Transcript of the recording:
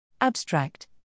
Abstract